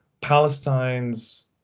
Palestine's